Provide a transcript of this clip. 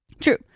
True